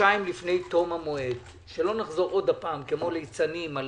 שחודשיים לפני תום המועד שלא נחזור שוב כמו ליצנים על